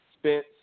Spence